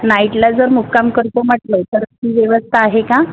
नाईटला जर मुक्काम करतो म्हटलं तर त्याची व्यवस्था आहे का